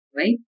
right